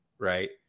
right